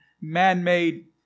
man-made